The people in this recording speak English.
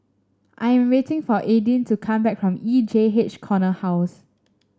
I am waiting for Aydin to come back from E J H Corner House